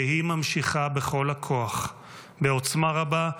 והיא ממשיכה בכל הכוח בעוצמה רבה,